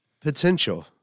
Potential